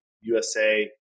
USA